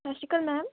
ਸਤਿ ਸ਼੍ਰੀ ਅਕਾਲ ਮੈਮ